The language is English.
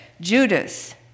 Judas